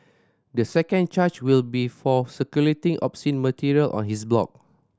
the second charge will be for circulating obscene material on his blog